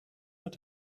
mit